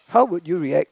how would you react